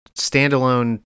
standalone